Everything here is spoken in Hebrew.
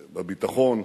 בביטחון,